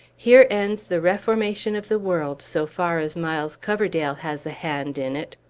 here ends the reformation of the world, so far as miles coverdale has a hand in it!